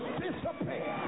disappear